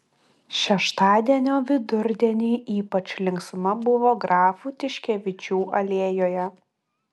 šeštadienio vidurdienį ypač linksma buvo grafų tiškevičių alėjoje